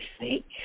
see